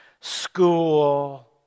school